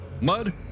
Mud